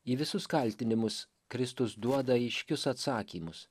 į visus kaltinimus kristus duoda aiškius atsakymus